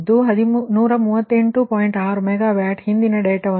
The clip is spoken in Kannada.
ಅದು ಹಿಂದಿನ ಅದೇ ಲೋಡ್ ಡೇಟಾ 138